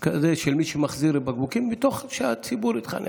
של מי שמחזיר בקבוקים, כדי שהציבור יתחנך.